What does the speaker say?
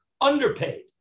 underpaid